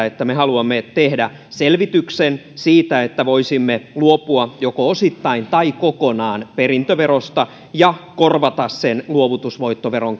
että me haluamme tehdä selvityksen siitä että voisimme luopua joko osittain tai kokonaan perintöverosta ja korvata sen luovutusvoittoveron